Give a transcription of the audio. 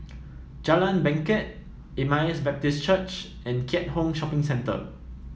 Jalan Bangket Emmaus Baptist Church and Keat Hong Shopping Centre